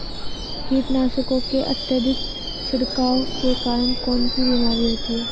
कीटनाशकों के अत्यधिक छिड़काव के कारण कौन सी बीमारी होती है?